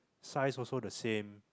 size also the same